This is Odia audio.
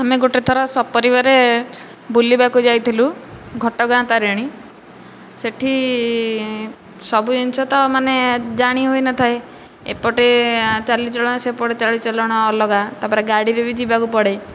ଆମେ ଗୋଟିଏ ଥର ସପରିବାରେ ବୁଲିବାକୁ ଯାଇଥିଲୁ ଘଟଗାଁ ତାରିଣୀ ସେଠି ସବୁ ଜିନିଷଟା ମାନେ ଜାଣି ହୋଇନଥାଏ ଏପଟେ ଚାଲିଚଳନ ସେପଟ ଚାଲିଚଳନ ଅଲଗା ଗାଡ଼ିରେ ବି ଯିବାକୁ ପଡ଼େ